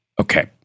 Okay